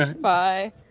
Bye